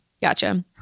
Gotcha